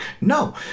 No